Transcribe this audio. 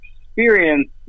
experience